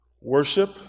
Worship